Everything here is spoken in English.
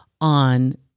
on